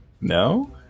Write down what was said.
No